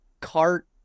cart